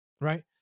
right